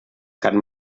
kann